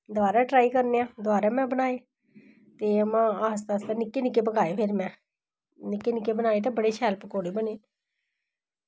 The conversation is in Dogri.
दोआरा ट्राई करने आं दोआरा में बनाये ते फिर आस्तै आस्तै निक्के निक्के बनाये फिर में निक्के निक्के बनाये ते बड़े शैल पकौड़े बने